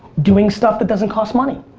doing stuff that doesn't cost money.